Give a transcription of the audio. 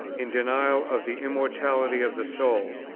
in denial of the immortality of the soul,